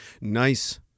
nice